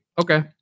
okay